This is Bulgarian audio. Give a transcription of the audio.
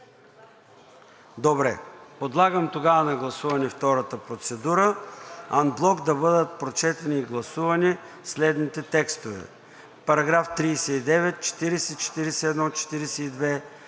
е прието. Подлагам на гласуване втората процедура анблок да бъдат прочетени и гласувани следните текстове: параграф 39, 40, 41, 42,